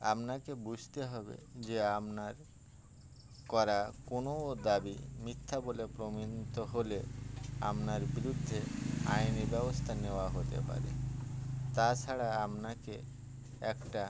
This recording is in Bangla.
আপনাকে বুঝতে হবে যে আপনার করা কোনো দাবি মিথ্যা বলে প্রমাণিত হলে আপনার বিরুদ্ধে আইনি ব্যবস্থা নেওয়া হতে পারে তাছাড়া আপনাকে একটা